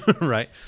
right